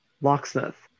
locksmith